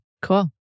Cool